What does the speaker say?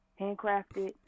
Handcrafted